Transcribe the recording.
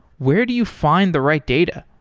where do you find the right data?